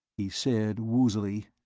he said woozily,